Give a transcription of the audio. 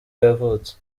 yavutse